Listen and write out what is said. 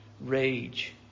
rage